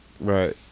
Right